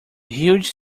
huge